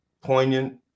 poignant